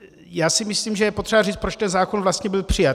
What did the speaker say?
Já si myslím, že je potřeba říct, proč ten zákon vlastně byl přijat.